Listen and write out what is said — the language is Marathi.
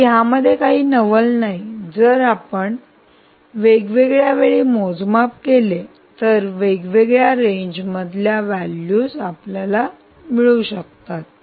तर यामध्ये काही नवल नाही जर आपण वेगवेगळ्या वेळी मोजमाप केले तर वेगवेगळ्या रेंज मधल्या व्हॅल्यूज मिळू शकतात